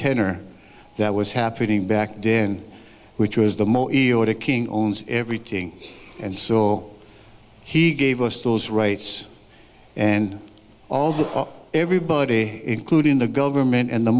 tenure that was happening back then which was the more the king owns everything and so he gave us those rights and all that everybody including the government and the